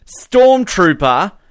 stormtrooper